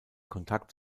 kontakt